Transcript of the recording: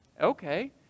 okay